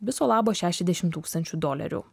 viso labo šešiasdešim tūkstančių dolerių